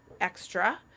extra